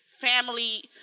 family